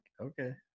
Okay